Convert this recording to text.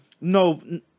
No